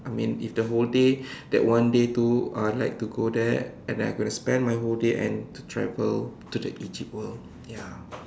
I mean if the whole day that one day too I would like to go there and then I'm gonna spend my whole day and to travel to the Egypt world ya